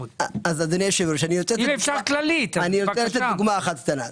אדוני היושב-ראש, אתן דוגמה קטנה.